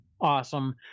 Awesome